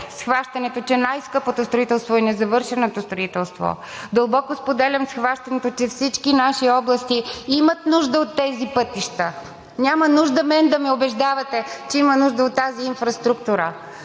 схващането, че най-скъпото строителство е незавършеното строителство. Дълбоко споделям схващането, че всички наши области имат нужда от тези пътища. Няма нужда да ме убеждавате, че има нужда от тази инфраструктура.